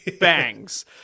bangs